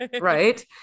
Right